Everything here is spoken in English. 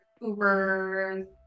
Uber